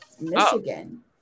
Michigan